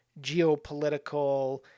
geopolitical